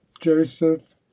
joseph